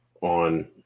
on